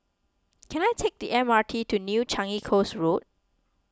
can I take the M R T to New Changi Coast Road